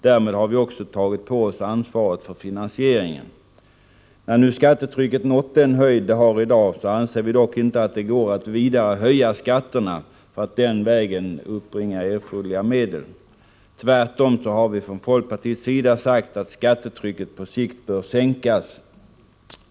Därmed har vi också tagit på oss ansvaret för finansieringen. När nu skattetrycket nått den höjd det har i dag anser vi dock inte att det går att vidare höja skatterna för att den vägen uppbringa erforderliga medel. Tvärtom har vi från folkpartiets sida sagt att skattetrycket på sikt bör sänkas.